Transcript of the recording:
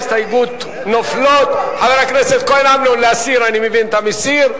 ההסתייגות של חבר הכנסת רוברט טיבייב לסעיף 06,